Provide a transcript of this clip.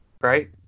Right